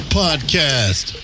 podcast